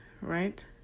right